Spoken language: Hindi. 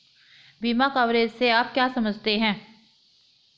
बीमा कवरेज से आप क्या समझते हैं?